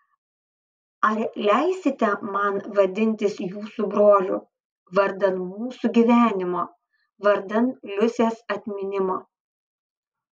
ar leisite man vadintis jūsų broliu vardan mūsų gyvenimo vardan liusės atminimo